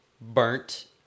burnt